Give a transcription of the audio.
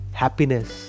happiness